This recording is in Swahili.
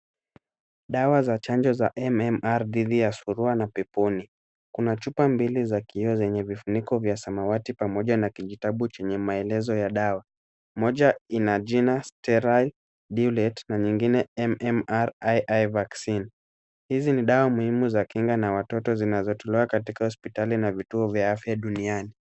Dawa za chanjo za M-M-R dhidi ya surua na vipuni. Kuna chupa mbili za kioo zenye vifuniko vya samawati pamoja na kijitabu chenye maelezo ya dawa. Moja ina jina sterile dilute na nyingine M-M-R II vaccine . Hizi ni dawa muhimu za kinga na watoto zinazotolewa katika hospitali na vituo vya afya duniani.